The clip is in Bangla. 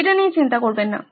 এটা নিয়ে চিন্তা করবেন না